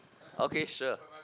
okay sure